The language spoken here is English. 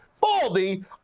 Baldy